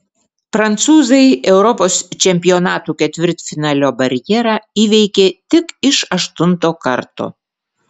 prancūzai europos čempionatų ketvirtfinalio barjerą įveikė tik iš aštunto karto